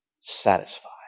satisfied